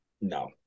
No